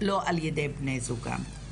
לא על-ידי בני זוגן.